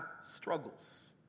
struggles